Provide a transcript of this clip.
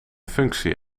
functie